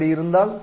இப்படி இருந்தால்